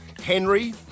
Henry